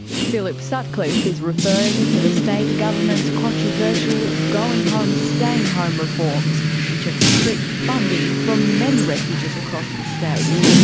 phillip sutcliffe is referring to the state government's controversial going home staying home reforms, which have stripped funding from many refuges across the state.